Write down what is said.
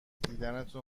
دیدنتون